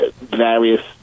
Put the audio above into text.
Various